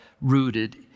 rooted